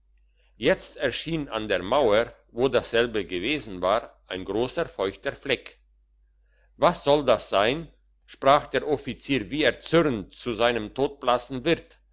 jetzt erschien an der mauer wo dasselbe gewesen war ein grosser feuchter fleck was soll das sein sprach der offizier wie erzürnt zu seinem todblassen wirt